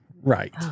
right